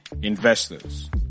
investors